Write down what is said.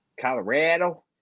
Colorado